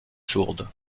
sourde